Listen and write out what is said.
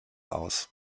aus